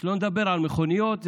שלא נדבר על מכוניות.